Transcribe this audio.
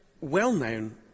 well-known